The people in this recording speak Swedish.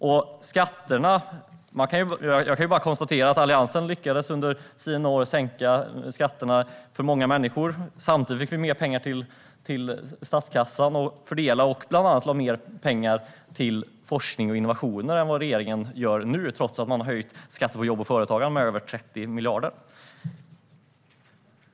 När det gäller skatterna kan jag bara konstatera att Alliansen under sina år lyckades sänka skatterna för många människor. Samtidigt fick vi mer pengar till statskassan att fördela. Vi lade bland annat mer pengar på forskning och innovation än vad regeringen gör nu trots att man har höjt skatten på jobb och företagande med över 30 miljarder.